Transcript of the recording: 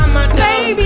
Baby